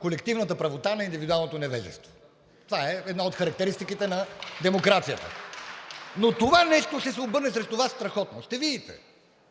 колективната правота на индивидуалното невежество – това е една от характеристиките на демокрацията, но това нещо ще се обърне срещу Вас страхотно, ще видите.